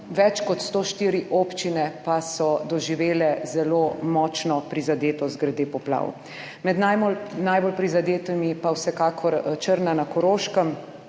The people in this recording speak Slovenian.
več kot 104 občine pa so doživele zelo močno prizadetost glede poplav. Med najbolj prizadetimi pa vsekakor Črna na Koroškem.